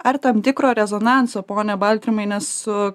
ar tam tikro rezonanso pone baltrymai ne su